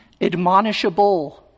admonishable